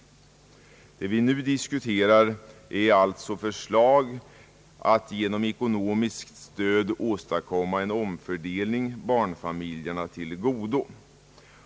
Vad vi här diskuterar är alltså förslag att genom ekonomiskt stöd åstadkomma en omfördelning som kommer barnfamiljerna till godo.